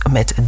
Met